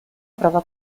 prova